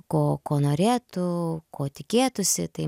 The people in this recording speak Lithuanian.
ko ko norėtų ko tikėtųsi tai